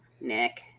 nick